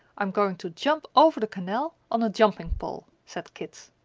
i'm going to jump over the canal on a jumping pole, said kit.